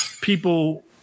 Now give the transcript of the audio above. people